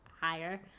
higher